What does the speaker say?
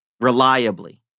reliably